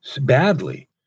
badly